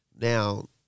now